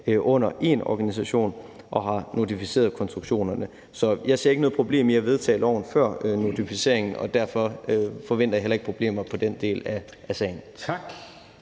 under én organisation og har notificeret konstruktionerne. Så jeg ser ikke noget problem i at vedtage loven før notificeringen, og derfor forventer jeg heller ikke problemer med den del af sagen. Kl.